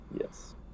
Yes